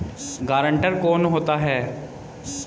Guarantor कौन होता है?